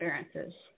experiences